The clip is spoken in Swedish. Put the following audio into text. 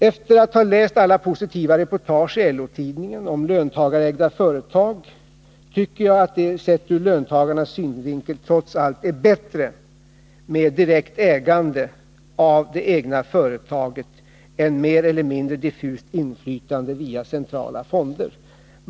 Efter att ha läst alla positiva reportage i LO-tidningen om löntagarägda företag tycker jag att det, sett ur löntagarnas synvinkel, trots allt är bättre med direkt ägande av det egna företaget än med mer eller mindre diffust inflytande via centrala fonder.